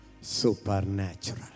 supernatural